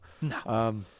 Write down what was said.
no